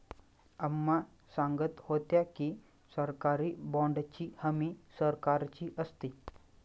अम्मा सांगत होत्या की, सरकारी बाँडची हमी सरकारची असते